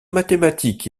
mathématiques